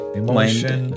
emotion